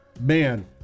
Man